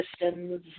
systems